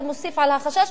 זה מוסיף על החשש,